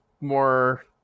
more